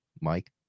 Mike